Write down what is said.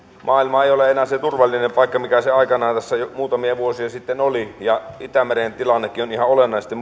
maailma ei ole enää se turvallinen paikka mikä se aikanaan tässä muutamia vuosia sitten oli ja itämerenkin tilanne on ihan olennaisesti